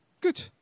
Good